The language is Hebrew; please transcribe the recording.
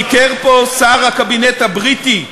ביקר פה שר הקבינט הבריטי,